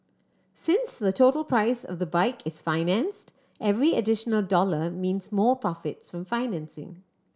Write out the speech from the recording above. since the total price of the bike is financed every additional dollar means more profits from financing